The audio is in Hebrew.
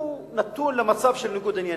הוא נתון למצב של ניגוד עניינים.